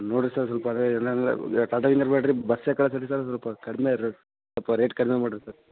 ನೋಡಿ ಸರ್ ಸ್ವಲ್ಪ ಅದೇ ಇಲ್ಲಾಂದರೆ ಟಾಟಾ ವಿಂಗರ್ಡ್ ಬೇಡ್ರಿ ಬಸ್ಸೇ ಕಳಿಸ್ರಿ ಸರ್ ಸ್ವಲ್ಪ ಕಡಿಮೆ ರೇಟ್ ಸ್ವಲ್ಪ ರೇಟ್ ಕಡಿಮೆ ಮಾಡ್ರಿ ಸರ್